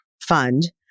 fund